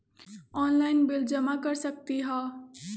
Online bill जमा कर सकती ह?